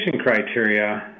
criteria